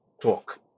talk